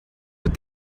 with